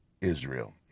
Israel